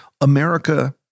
America